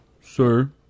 sir